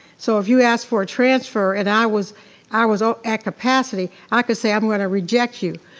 so if you asked for a transfer and i was i was ah at capacity, i could say i'm gonna reject you.